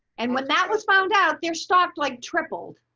and when that was found out there stopped like tripled.